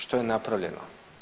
Što je napravljeno?